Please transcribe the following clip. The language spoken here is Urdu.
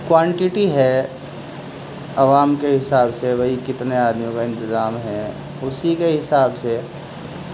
کوانٹٹی ہے عوام کے حساب سے بھئی کتنے آدمیوں کا انتظام ہے اسی کے حساب سے